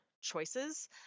choices